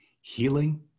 healing